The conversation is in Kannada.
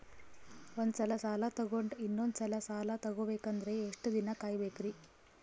ಒಂದ್ಸಲ ಸಾಲ ತಗೊಂಡು ಇನ್ನೊಂದ್ ಸಲ ಸಾಲ ತಗೊಬೇಕಂದ್ರೆ ಎಷ್ಟ್ ದಿನ ಕಾಯ್ಬೇಕ್ರಿ?